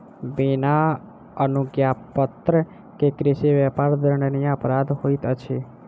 बिना अनुज्ञापत्र के कृषि व्यापार दंडनीय अपराध होइत अछि